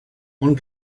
one